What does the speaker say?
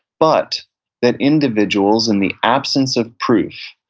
but that individuals, in the absence of proof,